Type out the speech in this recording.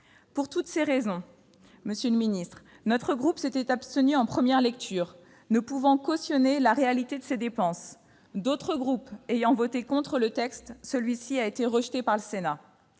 Pour toutes ces raisons, monsieur le secrétaire d'État, notre groupe s'était abstenu en première lecture, ne pouvant cautionner la réalité de ces dépenses. D'autres groupes ayant voté contre le texte, celui-ci a été rejeté par le Sénat.